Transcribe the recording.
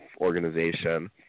organization